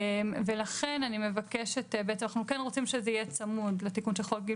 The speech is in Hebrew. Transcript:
אנחנו רוצים שזה יהיה צמוד לתיקון של חוק גיל